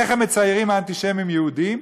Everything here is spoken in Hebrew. איך הם מציירים, האנטישמים, יהודים?